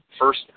first